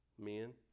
men